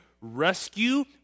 rescue